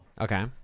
Okay